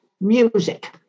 music